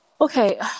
Okay